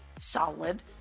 solid